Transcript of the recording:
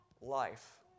life